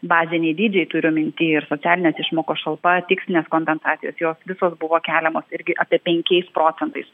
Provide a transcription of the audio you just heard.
baziniai dydžiai turiu minty ir socialines išmokas šalpas tikslines kompensacijas jos visos buvo keliamos irgi apie penkiais procentais